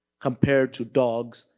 compared to dogs,